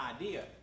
idea